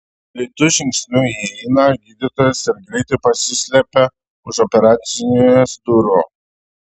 greitu žingsniu įeina gydytojas ir greitai pasislepia už operacinės durų